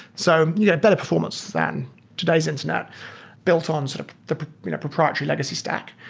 so yeah better performance than today's internet built on sort of the proprietary legacy stack.